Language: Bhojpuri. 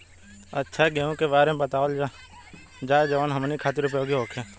अच्छा गेहूँ के बारे में बतावल जाजवन हमनी ख़ातिर उपयोगी होखे?